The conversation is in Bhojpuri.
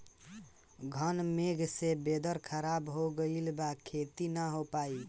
घन मेघ से वेदर ख़राब हो गइल बा खेती न हो पाई